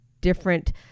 different